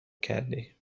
کردی